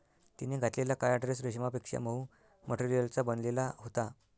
तिने घातलेला काळा ड्रेस रेशमापेक्षा मऊ मटेरियलचा बनलेला होता